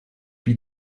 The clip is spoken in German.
wie